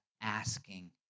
asking